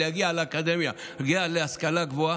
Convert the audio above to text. להגיע לאקדמיה ולהגיע להשכלה גבוהה,